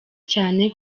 cyane